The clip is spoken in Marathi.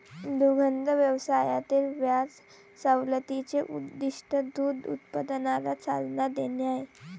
दुग्ध व्यवसायातील व्याज सवलतीचे उद्दीष्ट दूध उत्पादनाला चालना देणे आहे